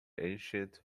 ancient